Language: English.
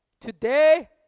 today